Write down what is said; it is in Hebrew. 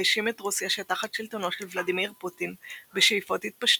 האשים את רוסיה שתחת שלטונו של ולדימיר פוטין בשאיפות התפשטות,